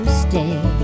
stay